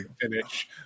finish